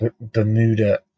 Bermuda